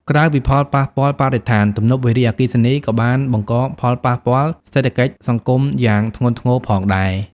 ក្រៅពីផលប៉ះពាល់បរិស្ថាន ទំនប់វារីអគ្គិសនីក៏បានបង្កផលប៉ះពាល់សេដ្ឋកិច្ចសង្គមយ៉ាងធ្ងន់ធ្ងរផងដែរ។